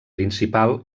principal